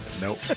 nope